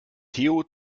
theo